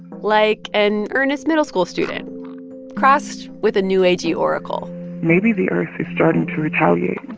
like an earnest middle school student crossed with a new-agey oracle maybe the earth is starting to retaliate